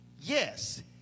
Yes